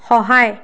সহায়